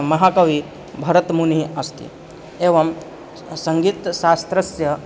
महाकविः भरतमुनिः अस्ति एवं सः सङ्गीतसास्त्रस्य